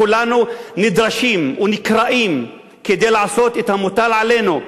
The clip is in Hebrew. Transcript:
כולנו נדרשים ונקראים כדי לעשות את המוטל עלינו,